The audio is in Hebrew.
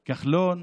כחלון,